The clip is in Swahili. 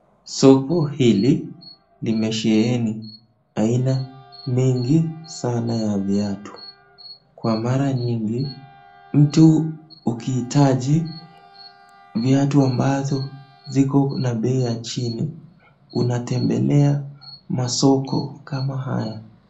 Soko hili limesheheni aina mingi sana ya viatu, kwa mara nyingi mtu ukihitaji viatu ambazo ziko na bei ya chini unatembelea masoko kama haya.